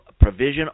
provision